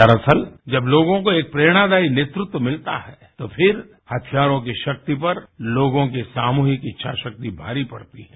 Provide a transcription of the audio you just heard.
दस्असल जब लोगों को एक प्रेरणादायी नेतृत्व मिलता है तो फिर हथियारों की शक्ति पर लोगों की सामूहिक इच्छाशाक्ति भारी पड़ रही है